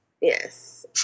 Yes